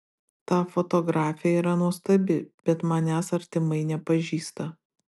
ta fotografė yra nuostabi bet manęs artimai nepažįsta